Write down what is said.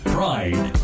Pride